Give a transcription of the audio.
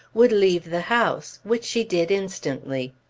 would leave the house, which she did instantly.